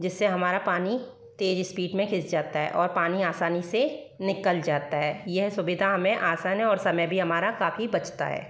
जिससे हमारा पानी तेज़ स्पीड में खिंच जाता है और पानी आसानी से निकल जाता है यह सुविधा हमें आसान है और समय भी हमारा काफ़ी बचता है